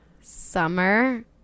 summer